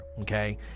okay